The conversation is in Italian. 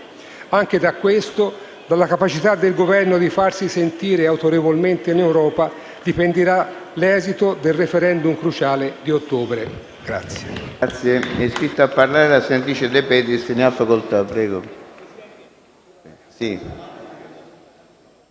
Anche da questo, dalla capacità del Governo di farsi sentire autorevolmente in Europa, dipenderà l'esito del *referendum* cruciale di ottobre.